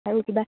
আৰু কিবা